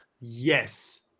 Yes